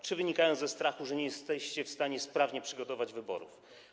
Czy wynikają ze strachu, że nie jesteście w stanie sprawnie przygotować wyborów?